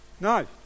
No